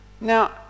Now